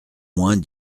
moins